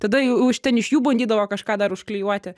tada jau iš ten iš jų bandydavo kažką dar užklijuoti